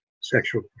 sexual